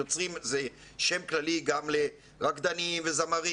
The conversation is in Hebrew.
יוצרים זה שם כללי גם לרקדנים וזמרים